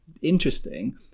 interesting